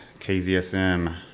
kzsm